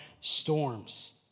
storms